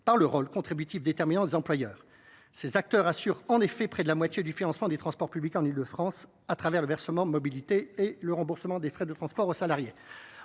par le rôle contributif déterminant des employeurs : ces acteurs assurent en effet près de la moitié du financement des transports publics en Île de France, au travers du versement mobilité et du remboursement des frais de transport aux salariés.